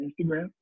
Instagram